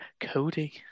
Cody